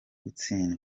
gutsindwa